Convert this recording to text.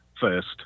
first